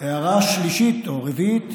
הערה שלישית או רביעית,